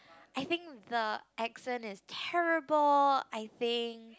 I think the accent is terrible I think